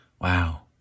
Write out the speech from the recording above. Wow